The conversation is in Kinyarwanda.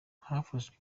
hafashwe